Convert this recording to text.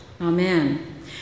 Amen